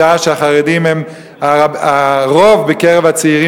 בשעה שהחרדים הם הרוב בקרב הצעירים